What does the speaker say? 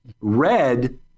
Red